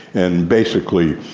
and basically,